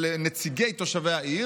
של נציגי תושבי העיר,